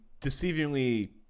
deceivingly